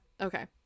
Okay